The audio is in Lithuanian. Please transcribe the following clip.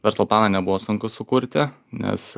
verslo planą nebuvo sunku sukurti nes